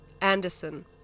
Anderson